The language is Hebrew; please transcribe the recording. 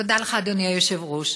תודה לך, אדוני היושב-ראש.